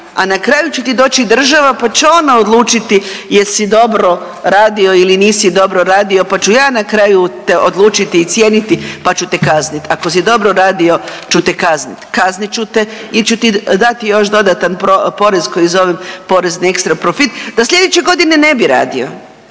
a na kraju će ti doći država, pa će ona odlučiti jesi dobro radio ili nisi dobro radio, pa ću ja na kraju te odlučiti i cijeniti, pa ću te kaznit, ako si dobro radio ću te kaznit, kaznit ću te il ću ti dati još dodatan porez koji zovem porez na ekstra profit da slijedeće godine ne bi radio,